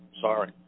Sorry